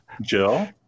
Jill